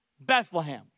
Bethlehem